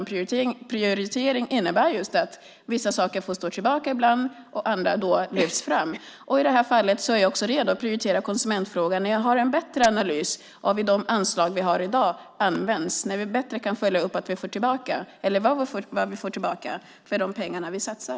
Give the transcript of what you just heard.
Prioritering innebär just att vissa saker får stå tillbaka ibland och att andra lyfts fram. I det här fallet är jag redo att prioritera konsumentfrågan när jag har en bättre analys av hur de anslag vi har i dag används och när vi bättre kan följa upp vad vi får tillbaka för de pengar vi satsar.